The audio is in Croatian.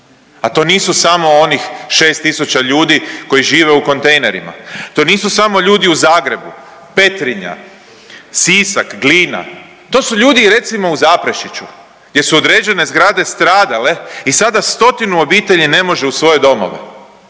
a to nisu samo onih 6.000 ljudi koji žive u kontejnerima, to nisu samo ljudi u Zagrebu, Petrinja, Sisak, Glina to su recimo i ljudi u Zaprešiću gdje su određene zgrade stradale i sada stotinu obitelji ne može u svoje domove,